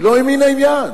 היא לא ממין העניין.